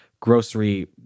grocery